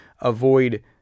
avoid